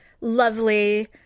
lovely